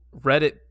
Reddit